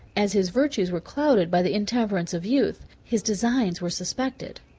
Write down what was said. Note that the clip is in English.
as his virtues were clouded by the intemperance of youth, his designs were suspected.